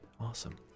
Awesome